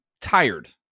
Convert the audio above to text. tired